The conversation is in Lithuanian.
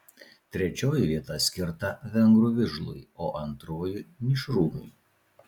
trečioji vieta skirta vengrų vižlui o antroji mišrūnui